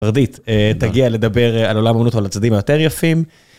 ורדית, תגיע לדבר על עולם האומנות ועל הצדדים היותר יפים.